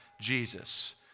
Jesus